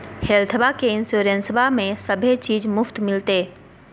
हेल्थबा के इंसोरेंसबा में सभे चीज मुफ्त मिलते?